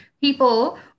people